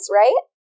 right